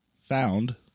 found